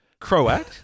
Croat